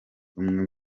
umwe